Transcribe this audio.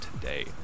today